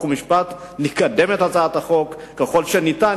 חוק ומשפט נקדם את הצעת החוק ככל שניתן.